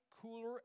cooler